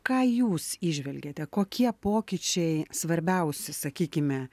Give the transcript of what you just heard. ką jūs įžvelgiate kokie pokyčiai svarbiausi sakykime